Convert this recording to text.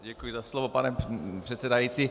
Děkuji za slovo, pane předsedající.